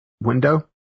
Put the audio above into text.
window